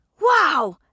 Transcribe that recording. Wow